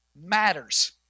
matters